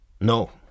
No